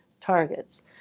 targets